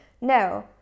No